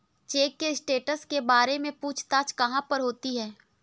Check के status के बारे में पूछताछ कहाँ पर होती है?